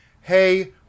hey